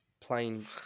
Plain